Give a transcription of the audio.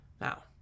Now